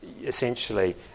essentially